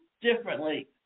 differently